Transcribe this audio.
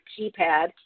keypad